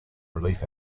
relief